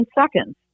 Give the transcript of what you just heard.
seconds